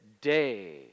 day